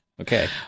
okay